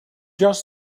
just